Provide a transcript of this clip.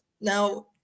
Now